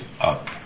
up